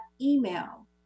email